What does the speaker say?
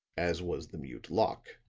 as was the mute locke.